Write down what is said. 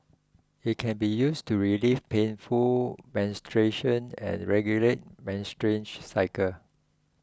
it can be used to relieve painful menstruation and regulate menstruation cycle